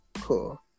Cool